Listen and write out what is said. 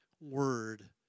word